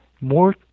more